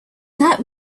that